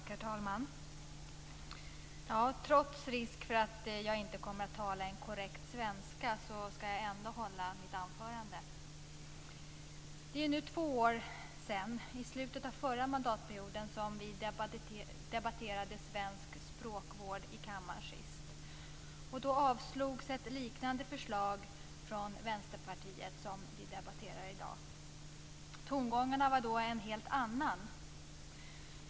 Herr talman! Trots att det finns risk för att jag inte kommer att tala en korrekt svenska ska jag hålla mitt anförande. Det är nu två år sedan vi debatterade svensk språkvård i kammaren senast; det var i slutet av den förra mandatperioden. Då avslogs ett förslag från Vänsterpartiet som liknade det som vi debatterar i dag. Tongången var då en helt annan.